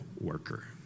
worker